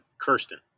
Kirsten